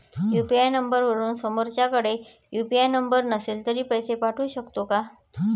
UPI नंबरवरून समोरच्याकडे UPI number नसेल तरी पैसे पाठवू शकते का?